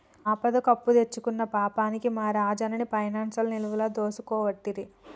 ఆపదకు అప్పుదెచ్చుకున్న పాపానికి మా రాజన్ని గా పైనాన్సోళ్లు నిలువున దోసుకోవట్టిరి